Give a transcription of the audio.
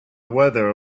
water